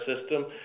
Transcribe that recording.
system